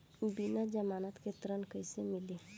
बिना जमानत के ऋण कैसे मिली?